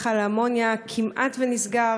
מכל האמוניה כמעט נסגר,